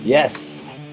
Yes